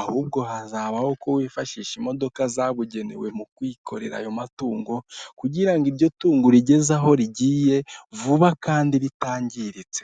ahubwo hazabaho ko wifashisha imodoka zabugenewe mu kwikorera ayo matungo kugira ngo iryo tungo rigeze aho rigiye vuba kandi ritangiritse.